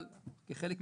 אני אזכיר לך,